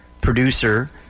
producer